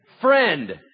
Friend